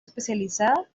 especializada